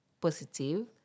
positive